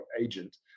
agent